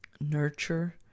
nurture